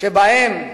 שבהם